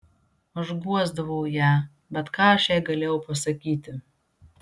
aš guosdavau ją bet ką aš jai galėjau pasakyti